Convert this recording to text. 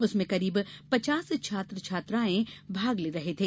उसमें करीब पचास छात्र छात्राएं भाग ले रहे थे